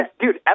dude